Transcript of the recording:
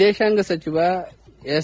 ವಿದೇಶಾಂಗ ಸಚಿವ ಎಸ್